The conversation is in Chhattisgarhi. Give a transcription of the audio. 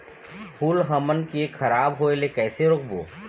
फूल हमन के खराब होए ले कैसे रोकबो?